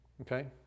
Okay